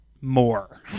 more